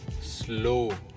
slow